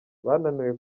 bananiwe